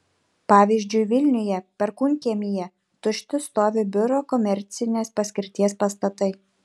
pavyzdžiui vilniuje perkūnkiemyje tušti stovi biuro komercinės paskirties pastatai